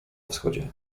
wschodzie